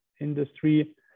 industry